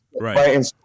right